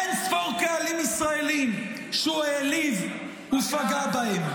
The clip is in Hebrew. אין ספור קהלים ישראלים שהוא העליב ופגע בהם.